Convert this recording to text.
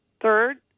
Third